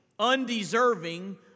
undeserving